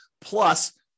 plus